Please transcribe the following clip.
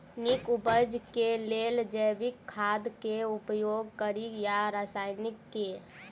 नीक उपज केँ लेल जैविक खाद केँ उपयोग कड़ी या रासायनिक केँ?